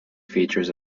features